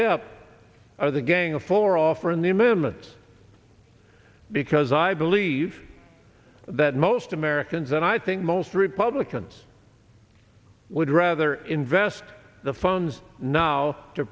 out of the gang of four offering the amendments because i believe that most americans and i think most republicans would rather invest the phones now to